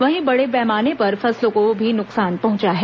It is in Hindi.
वहीं बड़े पैमाने पर फसलों को भी नुकसान पहुंचा है